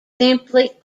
simply